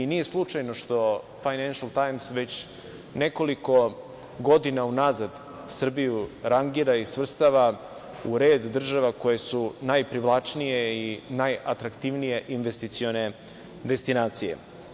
Nije slučajno što "Fajnenšl Tajms" već nekoliko godina unazad Srbiju rangira i svrstava u red država koje su najprivlačnije i najatraktivnije investicione destinacije.